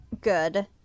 Good